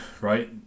right